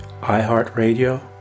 iHeartRadio